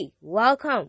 Welcome